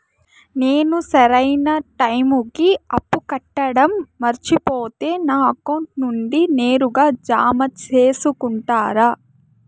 నేను సరైన టైముకి అప్పు కట్టడం మర్చిపోతే నా అకౌంట్ నుండి నేరుగా జామ సేసుకుంటారా?